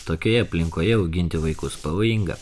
tokioje aplinkoje auginti vaikus pavojinga